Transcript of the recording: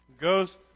Ghost